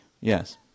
yes